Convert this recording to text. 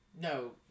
no